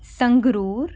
Sangrur